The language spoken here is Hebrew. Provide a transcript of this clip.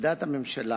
על דעת הממשלה,